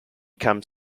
comes